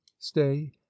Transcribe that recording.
stay